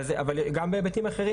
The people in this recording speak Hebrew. אבל גם בהיבטים אחרים,